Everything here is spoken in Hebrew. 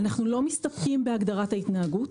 אנחנו לא מסתפקים בהגדרת התנהגות,